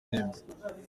ihembe